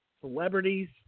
Celebrities